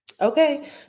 okay